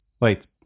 Wait